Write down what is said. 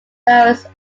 various